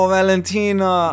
Valentina